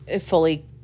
fully